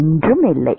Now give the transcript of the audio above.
ஒன்றுமில்லை